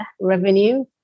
revenue